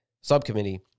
subcommittee